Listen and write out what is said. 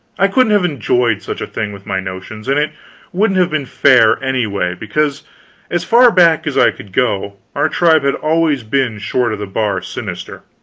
i couldn't have enjoyed such a thing with my notions and it wouldn't have been fair, anyway, because as far back as i could go, our tribe had always been short of the bar sinister.